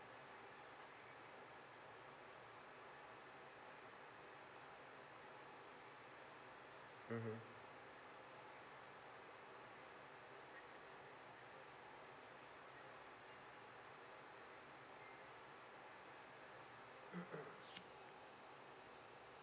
mmhmm